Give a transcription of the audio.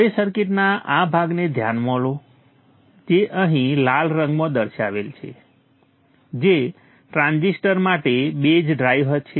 હવે સર્કિટના આ ભાગને ધ્યાનમાં લો જે અહીં લાલ રંગમાં દર્શાવેલ છે જે ટ્રાંઝિસ્ટર માટે બેઝ ડ્રાઈવ છે